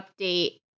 update